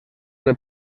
del